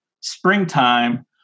springtime